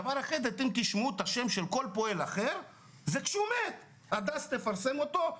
אתם תשמעו שם של כל פועל אחר רק כשהוא מת והדס תפרסם אותו.